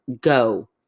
Go